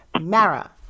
Mara